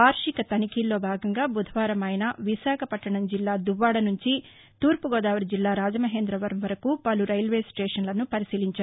వార్టిక తనిఖీల్లో భాగంగా బుధవారం ఆయన విశాఖపట్టణం జిల్లా దువ్వాడ నుంచి తూర్పుగోదావరి జిల్లా రాజమహేందవరం వరకు పలు రైల్వేస్లేషష్షను పరిశీలించారు